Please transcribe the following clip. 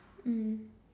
mm